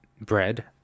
bread